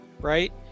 right